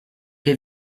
che